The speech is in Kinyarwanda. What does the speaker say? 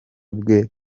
bwe